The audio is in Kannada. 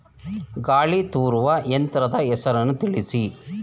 ಗಾಳಿ ತೂರುವ ಯಂತ್ರದ ಹೆಸರನ್ನು ತಿಳಿಸಿ?